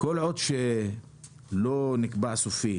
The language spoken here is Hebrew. כל עוד לא נקבע סופית